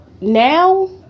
now